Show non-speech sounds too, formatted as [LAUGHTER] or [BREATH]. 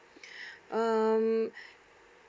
[BREATH] um